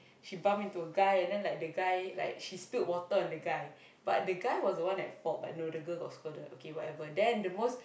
she bump into a guy and then like the guy like she spilled water on the guy but the guy was the one at fault but no the girl got scolded okay whatever then the most